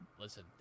listen